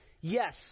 Yes